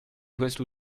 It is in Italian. questo